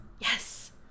yes